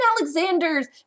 Alexander's